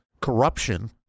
Corruption